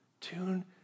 Tune